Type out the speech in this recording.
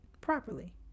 properly